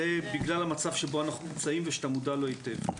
זה בגלל המצב שבו אנחנו נמצאים ושאתה מודע לו היטב.